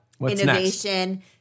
innovation